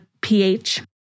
pH